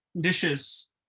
dishes